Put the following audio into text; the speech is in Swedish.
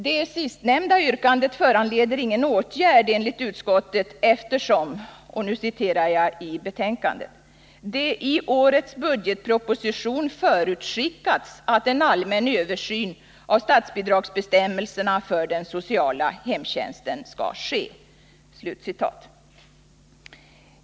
Det sistnämnda yrkandet föranleder, enligt utskottet, inga åtgärder, eftersom ”det i årets budgetproposition förutskickats att en allmän översyn av statsbidragsbestämmelserna för den sociala hemtjänsten skall ske”.